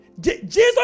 Jesus